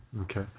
Okay